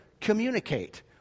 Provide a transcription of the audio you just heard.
communicate